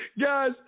Guys